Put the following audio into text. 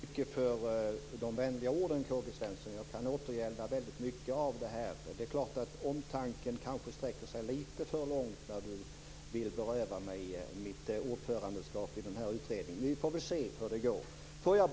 Fru talman! Jag tackar så mycket för de vänliga orden, K-G Svenson. Jag kan återgälda väldigt många av dem. Det är klart att omtanken kanske sträcker sig litet för långt när du vill beröva mig mitt ordförandeskap i Fastighetsskatteutredningen. Men vi får väl se hur det går.